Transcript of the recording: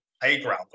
playground